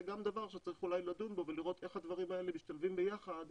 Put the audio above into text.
גם דבר שצריך אולי לדון בו ולראות איך הדברים האלה משתלבים ביחד,